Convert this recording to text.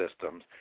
Systems